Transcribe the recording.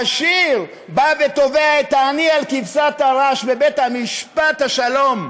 העשיר בא ותובע את העני על כבשת הרש בבית-משפט השלום.